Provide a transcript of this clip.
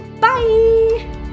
Bye